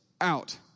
out